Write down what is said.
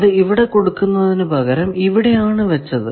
അത് ഇവിടെ കൊടുക്കുന്നതിന് പകരം ഇവിടെ ആണ് വച്ചത്